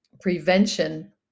prevention